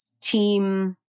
team